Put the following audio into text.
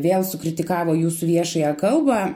vėl sukritikavo jūsų viešąją kalbą